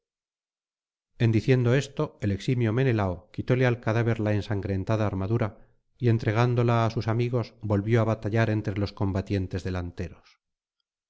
en diciendo esto el eximio menelao quitóle al cadáver la ensangrentada armadura y entregándola á sus amigos volvió á batallar entre los combatientes delanteros